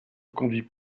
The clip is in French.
conduit